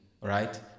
right